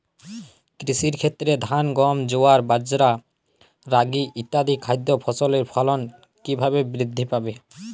কৃষির ক্ষেত্রে ধান গম জোয়ার বাজরা রাগি ইত্যাদি খাদ্য ফসলের ফলন কীভাবে বৃদ্ধি পাবে?